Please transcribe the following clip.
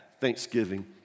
thanksgiving